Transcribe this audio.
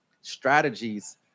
strategies